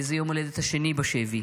זה יום ההולדת השני בשבי.